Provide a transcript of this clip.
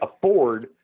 afford